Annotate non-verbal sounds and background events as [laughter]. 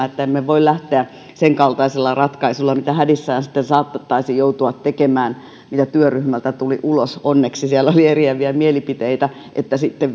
[unintelligible] että emme voi lähteä liikkeelle senkaltaisilla ratkaisuilla mitä hädissään sitten saatettaisiin joutua tekemään mitä työryhmältä tuli ulos onneksi siellä oli eriäviä mielipiteitä että sitten [unintelligible]